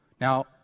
Now